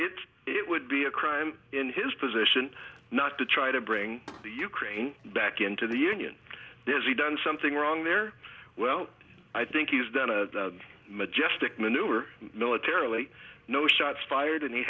it it would be a crime in his position not to try to bring the ukraine back into the union does he done something wrong there well i think he's done a majestic maneuver militarily no shots fired and he